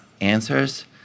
answers